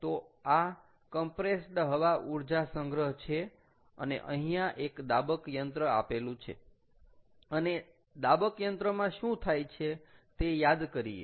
તો આ કમ્પ્રેસ્ડ હવા ઊર્જા સંગ્રહ છે અને અહીંયા એક દાબક યંત્ર આપેલું છે અને દાબક યંત્રમાં શું થાય છે તે યાદ કરીએ